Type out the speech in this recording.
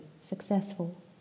successful